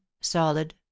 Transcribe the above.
solid